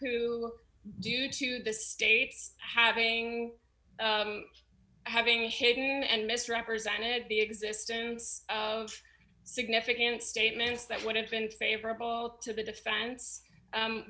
who due to the states having having hidden and misrepresented the existence of significant statements that would have been favorable to the defense